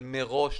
ומראש,